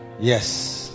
Yes